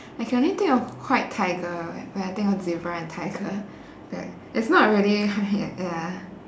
I can only think of w~ white tiger when I think of zebra and tiger but it's not really hybrid ya